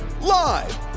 live